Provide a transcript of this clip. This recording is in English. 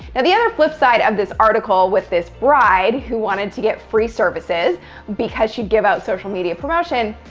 and the other flip side of this article with this bride who wanted to get free services because she'd give out social media promotion,